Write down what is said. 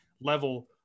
level